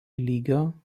lygio